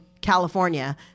California